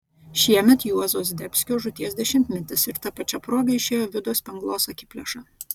šiemet juozo zdebskio žūties dešimtmetis ir ta pačia proga išėjo vido spenglos akiplėša